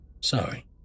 Sorry